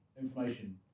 information